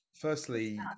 firstly